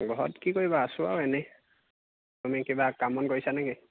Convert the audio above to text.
ঘৰত কি কৰিবা আছোঁ আৰু এনেই তুমি কিবা কাম বন কৰিছানে কি